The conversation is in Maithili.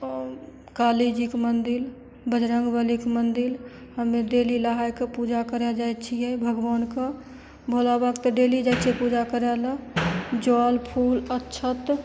आओर काली जीके मन्दिर बजरंग बलीके मन्दिर ओइमे डेली नहायके पूजा करय जाइ छियै भगवानके भोला बाबाके तऽ डेली जाइ छियै पूजा करय लए जल फूल अक्षत